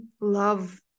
Love